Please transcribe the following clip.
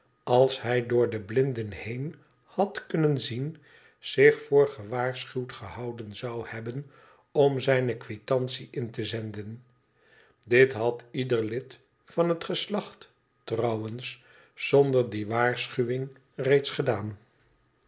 als hij door de blinden heen had kunnen zien zich voor gewaarschuwd gehouden zou hebben om zijne quitantie in te zenden dit had ieder lid van het geslacht trouwens zonder die waarschuwing reeds gedaan